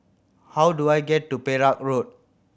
how do I get to Perak Road